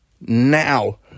Now